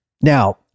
Now